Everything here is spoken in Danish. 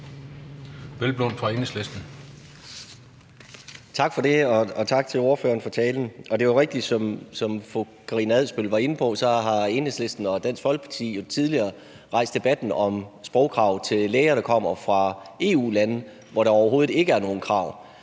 Hvelplund (EL): Tak for det, og tak til ordføreren for talen. Det er jo rigtigt, som fru Karina Adsbøl var inde på, at Enhedslisten og Dansk Folkeparti tidligere har rejst debatten om sprogkrav til læger, der kommer fra EU-lande, hvor der overhovedet ikke er nogen krav.